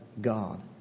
God